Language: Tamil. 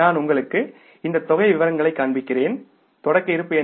நான் உங்களுக்கு இந்த தொகை விவரங்களைக் காண்பிக்கிறேன்தொடக்க இருப்பு என்ன